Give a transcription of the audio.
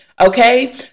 Okay